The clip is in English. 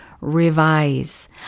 revise